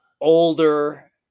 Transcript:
older